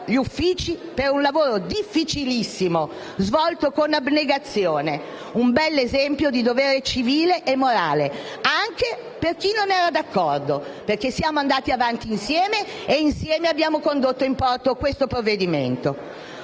gli Uffici, per un lavoro difficilissimo svolto con abnegazione. Un bell'esempio di dovere civile e morale, anche per chi non era d'accordo, perché siamo andati avanti insieme e insieme abbiamo condotto in porto questo provvedimento.